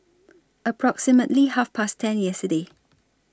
approximately Half Past ten yesterday